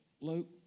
Luke